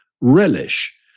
relish